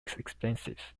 expensive